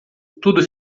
tudo